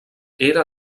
era